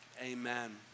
Amen